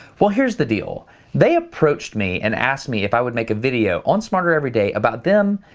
well, here's the deal they approached me and asked me if i would make a video on smarter every day about them,